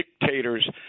dictators –